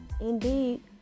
indeed